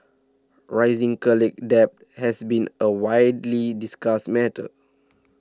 rising college debt has been a widely discussed matter